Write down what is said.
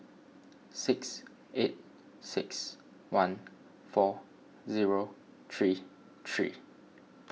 six eight six one four zero three three